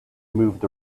moved